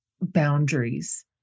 boundaries